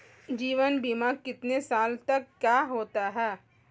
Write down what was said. जीवन बीमा कितने साल तक का होता है?